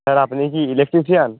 sir আপনি কি electrician